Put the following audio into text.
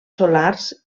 solars